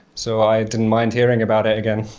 so, i didn't mind hearing about it again.